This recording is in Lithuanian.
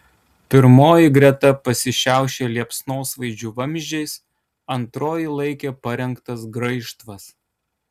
pirmoji greta pasišiaušė liepsnosvaidžių vamzdžiais antroji laikė parengtas graižtvas